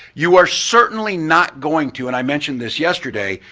you are certainly not going to, and i mentioned this yesterday,